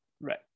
Right